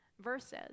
verses